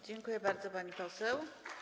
Dziękuję bardzo, pani poseł.